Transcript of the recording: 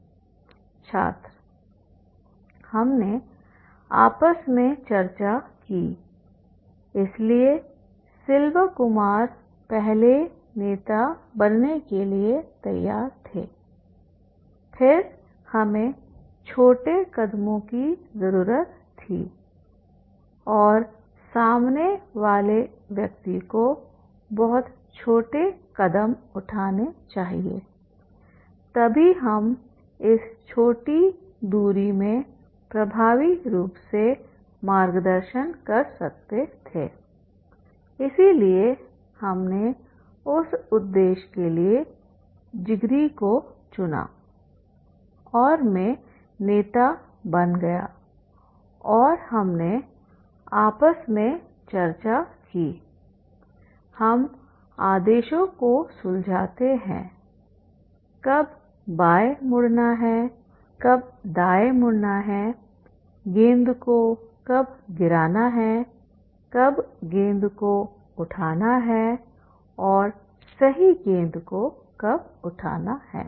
छात्र हमने आपस में चर्चा की इसलिए सिल्वा कुमार पहले नेता बनने के लिए तैयार थे फिर हमें छोटे कदमों की जरूरत थी और सामने वाले व्यक्ति को बहुत छोटे कदम उठाने चाहिएतभी हम इस छोटी दूरी में प्रभावी रूप से मार्गदर्शन कर सकते थे इसलिए हमने उस उद्देश्य के लिए जिगरी को चुना और मैं नेता बन गया और हमने आपस में चर्चा की हम आदेशों को सुलझाते हैंकब बाएं मुड़ना है कब दाएं मुड़ना है गेंद को कब गिराना है कब गेंद को उठाना है और सही गेंद को कब उठाना है